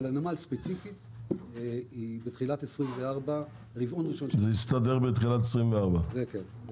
אבל לנמל ספציפית ברבעון הראשון של 2024. זה יסתדר בתחילת 24'. כן.